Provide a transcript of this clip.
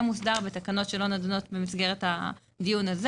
זה מוסדר בתקנות שלא נדונות במסגרת הדיון הזה.